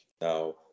Now